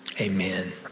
amen